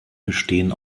bestehen